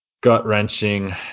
gut-wrenching